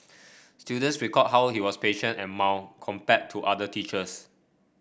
students recalled how he was patient and mild compared to other teachers